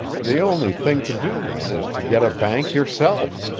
the only thing to do then is to get a bank yourself,